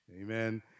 amen